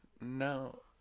No